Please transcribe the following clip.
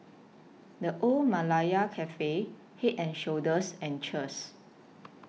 The Old Malaya Cafe Head and Shoulders and Cheers